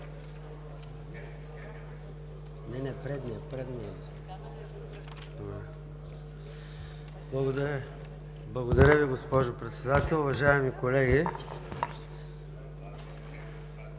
Благодаря Ви, госпожо Председател. Уважаеми колеги,